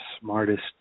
smartest